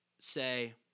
say